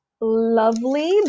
lovely